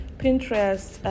pinterest